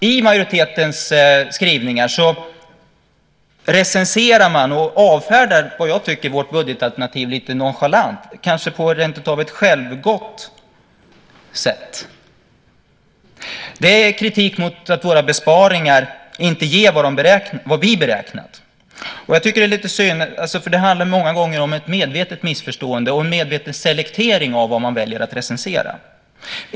I majoritetens skrivningar recenserar man och avfärdar vårt budgetalternativ lite nonchalant, tycker jag, kanske rentav på ett självgott sätt. Det är kritik mot att våra besparingar inte ger vad vi beräknat. Jag tycker att det är lite synd, för det handlar många gånger om ett medvetet missförstående och en medveten selektering av vad man väljer att recensera.